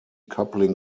coupling